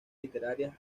literarias